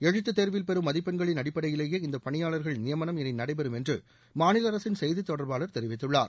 எழுத்து தேர்வில் பெறும் மதிப்பெண்களின் அடிப்படையிலேயே இந்த பணியாளர்கள் நியமனம் இனி நடைபெறும் என்று மாநில அரசின் செய்தித் தொடர்பாளர் தெரிவித்துள்ளார்